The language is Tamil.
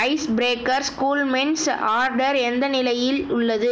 ஐஸ் ப்ரேக்கர்ஸ் ஸ்கூல்மின்ட் ஆர்டர் எந்த நிலையில் உள்ளது